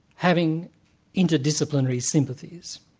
having interdisciplinary sympathies.